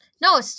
No